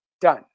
done